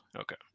Okay